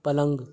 पलङ्ग